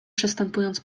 przestępując